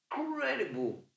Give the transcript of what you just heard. Incredible